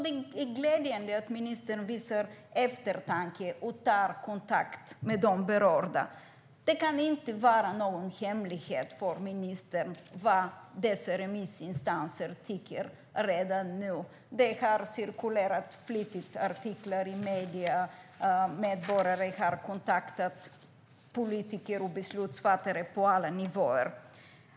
Det är glädjande att ministern visar eftertanke och tar kontakt med de berörda. Det kan inte vara någon hemlighet att ministern vet vad dessa remissinstanser tycker redan nu. Artiklar har cirkulerat flitigt i medierna, och medborgare har kontaktat politiker och beslutsfattare på alla nivåer.